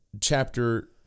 chapter